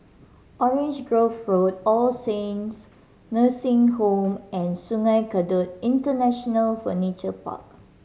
Orange Grove Road All Saints Nursing Home and Sungei Kadut International Furniture Park